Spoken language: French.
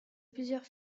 plusieurs